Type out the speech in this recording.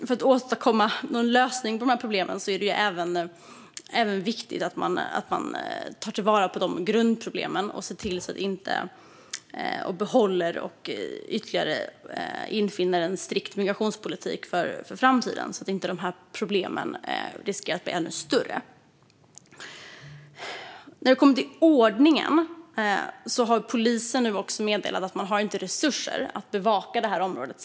För att åstadkomma en lösning på problemen är det viktigt att man tar sig an dessa grundproblem och att man behåller en strikt migrationspolitik och skärper den ytterligare i framtiden så att problemen inte blir ännu större. När det gäller ordningen har polisen nu meddelat att man inte har resurser att särskilt bevaka det här området.